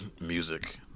music